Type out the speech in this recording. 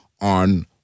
on